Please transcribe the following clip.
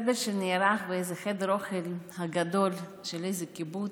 סדר שנערך בחדר האוכל הגדול של איזה קיבוץ,